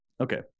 okay